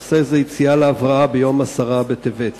הנושא הוא יציאה להבראה ביום עשרה בטבת.